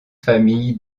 familles